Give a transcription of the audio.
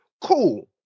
Cool